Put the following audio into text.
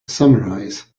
summarize